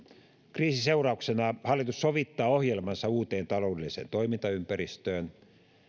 kriisin seurauksena hallitus sovittaa ohjelmansa uuteen taloudelliseen toimintaympäristöön